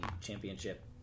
championship